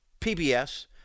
PBS